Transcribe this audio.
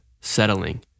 settling